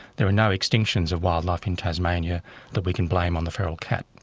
there are no extinctions of wildlife in tasmania that we can blame on the feral cat.